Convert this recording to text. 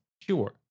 sure